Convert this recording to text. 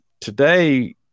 today